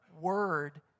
Word